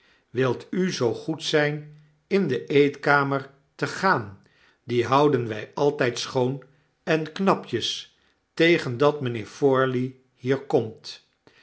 yvil u zoo goed zijn in de eetkamer te gaan die houden wy altjjd schoon en knapjes tegen dat mijnheer eorley hier komt